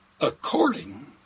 according